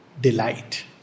Delight